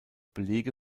belege